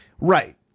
Right